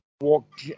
walk